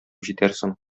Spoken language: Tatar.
җитәрсең